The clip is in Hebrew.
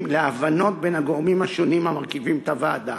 להבנות בין הגורמים השונים המרכיבים את הוועדה.